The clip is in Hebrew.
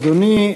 אדוני היושב-ראש.